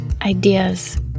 ideas